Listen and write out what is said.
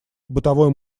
бытовой